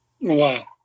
Wow